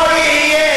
לא יהיה,